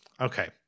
okay